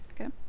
Okay